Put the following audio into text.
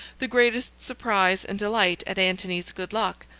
the greatest surprise and delight at antony's good luck,